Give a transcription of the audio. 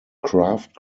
craft